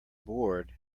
bored